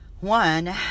One